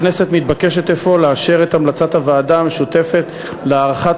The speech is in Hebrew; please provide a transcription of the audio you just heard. הכנסת מתבקשת אפוא לאשר את המלצת הוועדה המשותפת להארכת